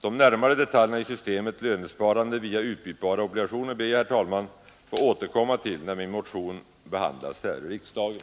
De närmare detaljerna i systemet lönsparande via utbytbara obligationer ber jag, herr talman, att få återkomma till när min motion behandlas här i riksdagen.